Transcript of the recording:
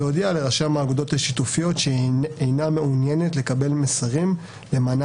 להודיע לרשם האגודות השיתופיות שהיא אינה מעוניינת לקבל מסרים למענה